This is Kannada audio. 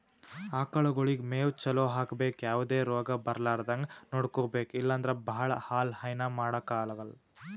ಆಕಳಗೊಳಿಗ್ ಮೇವ್ ಚಲೋ ಹಾಕ್ಬೇಕ್ ಯಾವದೇ ರೋಗ್ ಬರಲಾರದಂಗ್ ನೋಡ್ಕೊಬೆಕ್ ಇಲ್ಲಂದ್ರ ಭಾಳ ಹಾಲ್ ಹೈನಾ ಮಾಡಕ್ಕಾಗಲ್